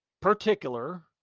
particular